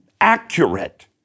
accurate